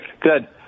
good